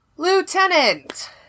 Lieutenant